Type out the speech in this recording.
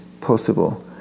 possible